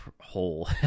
hole